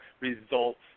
results